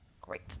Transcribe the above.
Great